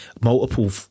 multiple